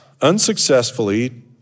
unsuccessfully